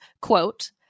quote